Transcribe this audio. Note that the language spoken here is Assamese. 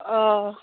অঁ